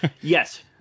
Yes